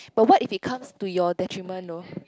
but what if it comes to your detriment though